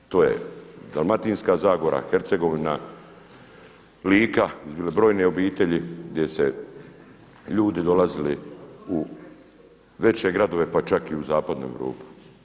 To je Dalmatinska zagora, Hercegovina, Lika, gdje su bile brojne obitelji, gdje se ljudi dolazili u veće gradove, pa čak i u zapadnu Europu.